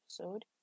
episode